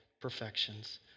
perfections